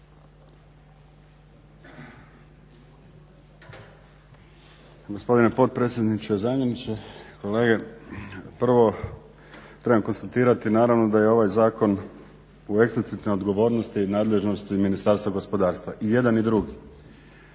Gospodine potpredsjedniče, zamjeniče, kolege. Prvo trebam konstatirati naravno da je ovaj zakon u eksplicitnoj odgovornosti i nadležnosti Ministarstva gospodarstva, i jedan i drugi.